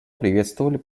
приветствовали